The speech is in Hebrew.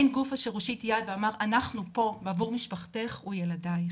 אין גוף אשר הושיט יד ואמר אנחנו פה בעבור משפחתך וילדייך.